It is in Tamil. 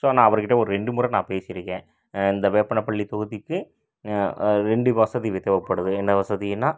ஸோ நான் அவர்கிட்ட ஒரு ரெண்டு முறை நான் பேசியிருக்கேன் இந்த வேப்பனப்பள்ளி தொகுதிக்கு ரெண்டு வசதி வி தேவைப்படுது என்ன வசதியினா